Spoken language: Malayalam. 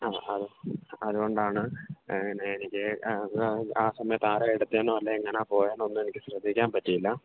അ അ അത് അതുകൊണ്ടാണ് എനിക്ക് ആ സമയത്ത് ആരാ എടുത്തത് എന്നോ അല്ലെങ്കിൽ എങ്ങനാ പോയത് എന്നോ ഒന്നും എനിക്ക് ശ്രദ്ധിക്കാൻ പറ്റിയില്ല